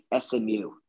SMU